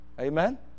Amen